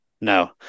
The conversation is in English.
No